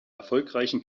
erfolgreichen